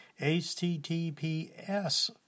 HTTPS